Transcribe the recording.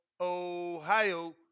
Ohio